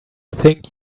think